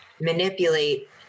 manipulate